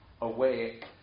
away